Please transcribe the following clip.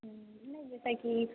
हुँ नहि जइसे कि